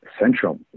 central